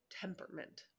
temperament